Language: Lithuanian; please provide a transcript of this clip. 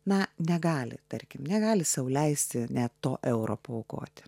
na negali tarkim negali sau leisti net to euro paaukoti